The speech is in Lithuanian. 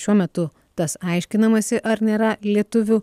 šiuo metu tas aiškinamasi ar nėra lietuvių